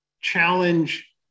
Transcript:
challenge